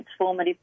transformative